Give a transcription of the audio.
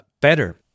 better